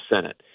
Senate